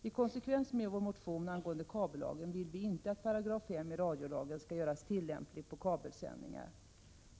I konsekvens med vår motion angående kabellagen vill vi inte att 5 § radiolagen skall göras tillämplig på kabelsändningar.